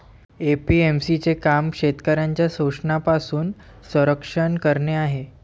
APMC चे काम शेतकऱ्यांचे शोषणापासून संरक्षण करणे आहे